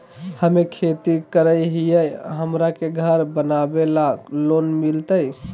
हमे खेती करई हियई, हमरा के घर बनावे ल लोन मिलतई?